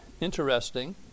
interesting